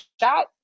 shot